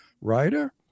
writer